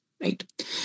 right